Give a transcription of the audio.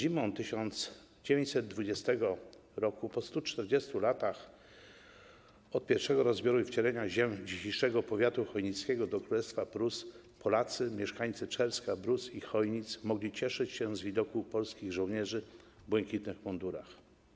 Zimą 1920 r., po 140 latach od pierwszego rozbioru i wcielenia ziem dzisiejszego powiatu chojnickiego do Królestwa Prus, Polacy - mieszkańcy Czerska, Brus i Chojnic mogli cieszyć się z widoku polskich żołnierzy w błękitnych mundurach.